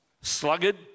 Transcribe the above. Sluggard